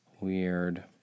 Weird